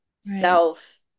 self